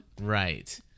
right